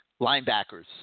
Linebackers